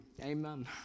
Amen